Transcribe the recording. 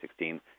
2016